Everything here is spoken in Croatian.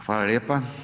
Hvala lijepa.